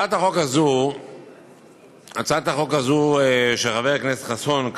בהצעת החוק הזו של חבר הכנסת חסון,